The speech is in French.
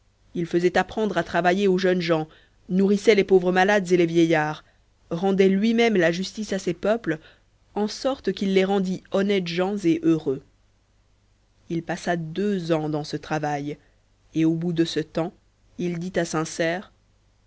il faisait apprendre à travailler aux jeunes gens nourrissait les pauvres malades et vieillards rendait lui-même la justice à ses peuples en sorte qu'il les rendit honnêtes gens et heureux il passa deux ans dans ce travail et au bout de ce temps il dit à sincère